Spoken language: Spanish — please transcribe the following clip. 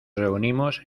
reunimos